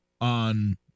on